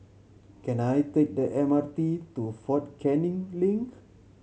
can I take the M R T to Fort Canning Link